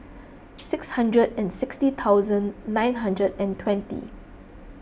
six hundred and sixty thousand nine hundred and twenty